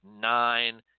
nine